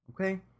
Okay